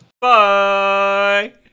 Bye